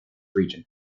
region